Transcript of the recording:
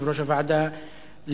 יושב-ראש הוועדה,